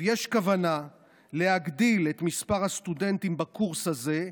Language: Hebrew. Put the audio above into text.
יש כוונה להגדיל את מספר הסטודנטים בקורס הזה,